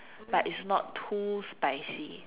but it's not too spicy